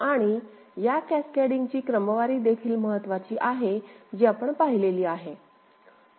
आणि या कॅसकेडिंगची क्रमवारी देखील महत्त्वाची आहे जी आपण पाहिलेली आहे